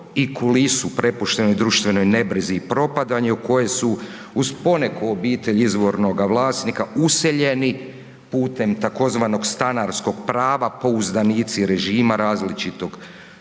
i kulisu prepuštenu društvenoj nebrizi i propadanju koje su uz poneku obitelj izvornoga vlasnika useljeni pute tzv. stanarskog prava pouzdanici režima različitog